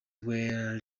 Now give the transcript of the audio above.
were